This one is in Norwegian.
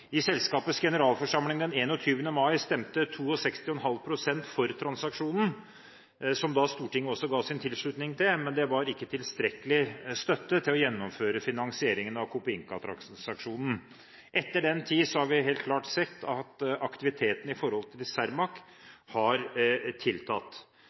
I selskapets generalforsamling den 21. mai stemte 62,5 pst. for transaksjonen, som da Stortinget også ga sin tilslutning til. Men det var ikke tilstrekkelig støtte til å gjennomføre finansieringen av Copeinca-transaksjonen. Etter den tid har vi helt klart sett at aktiviteten